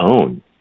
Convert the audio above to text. own